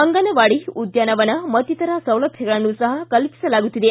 ಅಂಗನವಾಡಿ ಉದ್ಘಾನವನ ಮತ್ತಿತರ ಸೌಲಭ್ಯಗಳನ್ನು ಸಪ ಕಲ್ಪಿಸಲಾಗುತ್ತಿದೆ